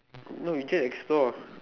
no we just explore